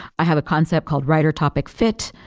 i have a concept called writer topic fit,